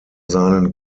seinen